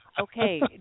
Okay